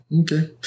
Okay